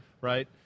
right